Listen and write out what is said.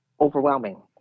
overwhelming